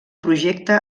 projecte